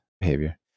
behavior